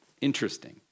Interesting